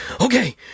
okay